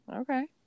okay